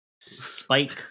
Spike